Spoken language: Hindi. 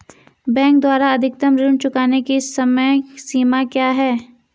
बैंक द्वारा अधिकतम ऋण चुकाने की समय सीमा क्या है?